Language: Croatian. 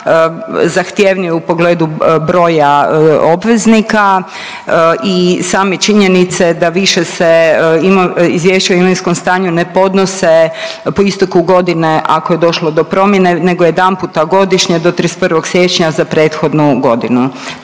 zahtjevniji je u pogledu broja obveznika i same činjenice da više se izvješća o imovinskom stanju ne podnose po isteku godine ako je došlo do promjene nego jedanputa godišnje do 31. siječnja za prethodnu godinu,